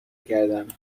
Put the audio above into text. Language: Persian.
کردم